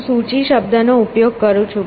હું સૂચિ શબ્દનો ઉપયોગ કરું છું